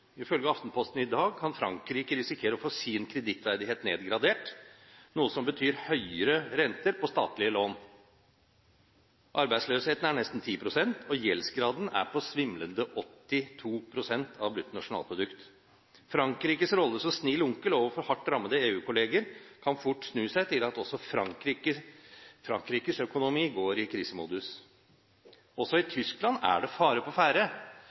Ifølge Aftenposten i dag kan Frankrike risikere å få sin kredittverdighet nedgradert, noe som betyr høyere renter på statlige lån. Arbeidsløsheten er på nesten 10 pst., og gjeldsgraden er på svimlende 82 pst. av brutto nasjonalprodukt. Frankrikes rolle som snill onkel overfor hardt rammede EU-kolleger kan fort snu seg til at også Frankrikes økonomi går i krisemodus. Også i Tyskland er det fare på